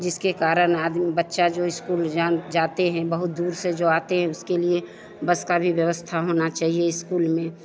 जिसके कारण आदमी बच्चा जो इस्कूल जान जाते हैं बहुत दूर से जो आते हैं उसके लिए बस की भी व्यवस्था होनी चाहिए इस्कूल में